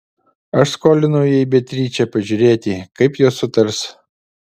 aš skolinau jai beatričę pažiūrėti kaip jos sutars